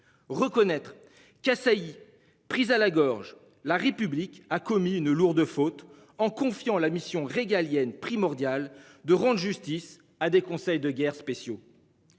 reconnaître qu'assailli pris à la gorge. La République a commis une lourde faute en confiant la mission régalienne primordial de rendre justice à des conseils de guerre spéciaux.